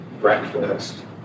breakfast